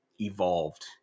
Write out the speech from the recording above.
evolved